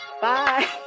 Bye